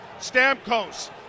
Stamkos